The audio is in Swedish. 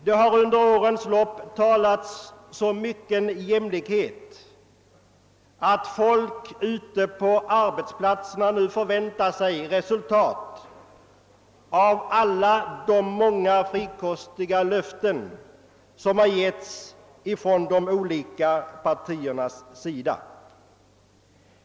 Det har under årens lopp talats så mycket om jämlikhet att folk ute på arbetsplatserna nu förväntar sig resultat av alla de många frikostiga löften som har givits av de politiska partierna.